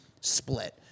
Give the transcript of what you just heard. split